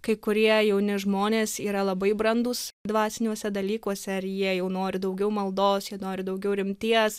kai kurie jauni žmonės yra labai brandūs dvasiniuose dalykuose ar jie jau nori daugiau maldos jie nori daugiau rimties